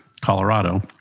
Colorado